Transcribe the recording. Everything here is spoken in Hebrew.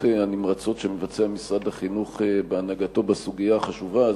הנמרצות שמבצע משרד החינוך בהנהגתו בסוגיה החשובה הזאת.